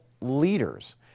leaders